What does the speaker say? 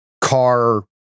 car